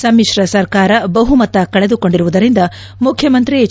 ಸಮ್ಮಿಶ್ರ ಸರ್ಕಾರ ಬಹುಮತ ಕಳೆದುಕೊಂಡಿರುವುದರಿಂದ ಮುಖ್ಯಮಂತ್ರಿ ಎಚ್